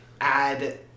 add